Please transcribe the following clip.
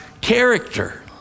character